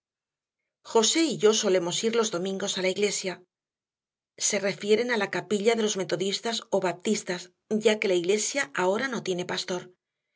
josé y yo solemos ir los domingos a la iglesia se refieren a la capilla de los metodistas o baptistas ya que la iglesia ahora no tiene pastor